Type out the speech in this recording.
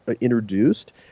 introduced